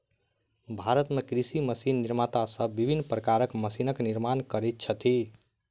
भारत मे कृषि मशीन निर्माता सब विभिन्न प्रकारक मशीनक निर्माण करैत छथि